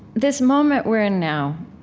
this moment we're in now,